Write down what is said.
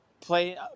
play